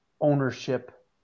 ownership